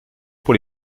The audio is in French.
pour